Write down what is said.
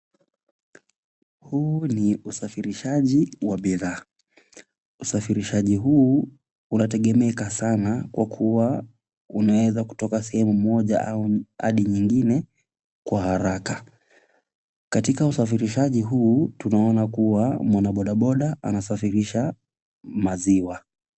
Huu ni usafirishaji wa bidhaa , usafirishaji huu unategemeka sana kwa kuwa unaeza kutoka sehemu moja hadi nyingine kwa haraka ,katika usafirishaji huu tunaona kuwa mwana boda boda anasafirisha maziwa.